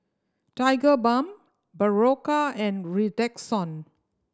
Tigerbalm Berocca and Redoxon